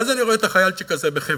ואז אני רואה את החיילצ'יק הזה בחברון